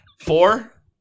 Four